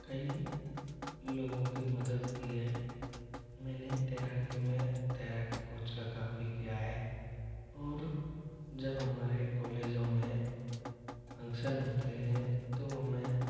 कई लोगों की मदद की है मैंने तैराकी में तैराकी कोच का काम भी किया है और जब हमारे कॉलेजों में फंक्सन होते हैं तो हमें